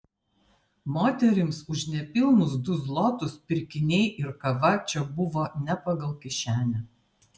moterims už nepilnus du zlotus pirkiniai ir kava čia buvo ne pagal kišenę